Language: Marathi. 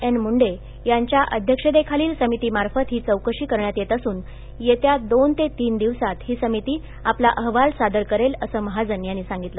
एन मुंडे यां या अ य तेखालील समितीमाफत ही चौकशी कर यात येत असून ये या दोन ते तीन दिवसात ही समिती आपला अहवाल सादर करेल असं महाजन यांनी सांगितलं